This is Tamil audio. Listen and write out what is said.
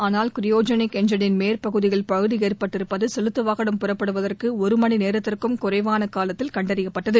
ஆனால் கிரயோஜினிக் எஞ்சினின் மேற்பகுதியில் பழுது ஏற்பட்டிருப்பது செலுத்து வாகனம் புறப்படுவதற்கு ஒரு மணி நேரத்திற்கும் குறைவான காலத்தில் கண்டறியப்பட்டது